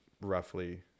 roughly